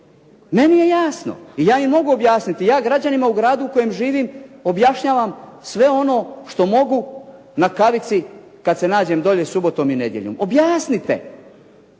Meni je jasno i ja im mogu objasniti. Ja građanima u gradu u kojem živim objašnjavam sve ono što mogu na kavici kad se nađem dolje subotom i nedjeljom. Objasnite.